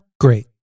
great